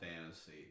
Fantasy